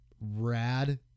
rad